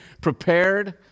prepared